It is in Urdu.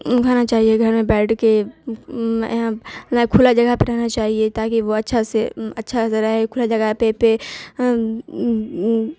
کھانا چاہیے گھر میں بیٹھ کے کھلا جگہ پہ رہنا چاہیے تاکہ وہ اچھا سے اچھا سے رہے کھلا جگہ پہ پہ